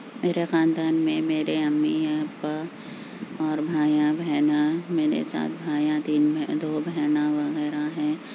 میرے خاندان میں میرے امی ابا اور بھائیاں بہناں میرے سات بھائیاں تین دو بہناں وغیرہ ہیں